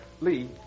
Lee